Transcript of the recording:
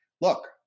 look